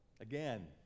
again